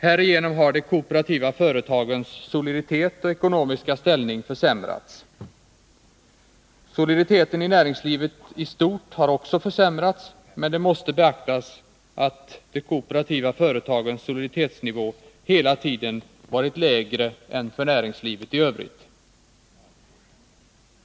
Härigenom har de kooperativa företagens soliditet och ekonomiska ställning försämrats. Soliditeten i näringslivet i stort har också försämrats, men det måste beaktas att de kooperativa företagens soliditetsnivå hela tiden har varit lägre än för näringslivet i övrigt.